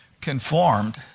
conformed